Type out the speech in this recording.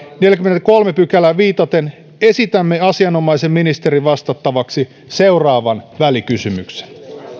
neljänteenkymmenenteenkolmanteen pykälään viitaten esitämme asianomaisen ministerin vastattavaksi seuraavan välikysymyksen